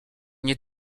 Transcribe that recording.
nie